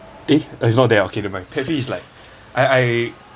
eh it's not there okay then never mind pet peeves is like I I